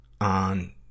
on